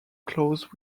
closed